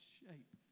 shape